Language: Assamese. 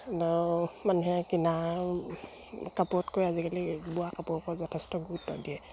মানুহে কিনাৰ কাপোৰতকৈ আজিকালি বোৱা কাপোৰ যথেষ্ট গুৰুত্ব দিয়ে